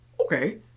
Okay